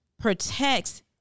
protects